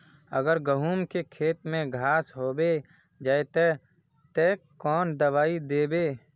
अगर गहुम के खेत में घांस होबे जयते ते कौन दबाई दबे?